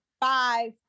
five